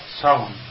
sound